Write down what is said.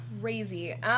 crazy